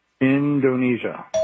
Indonesia